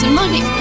money